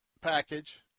package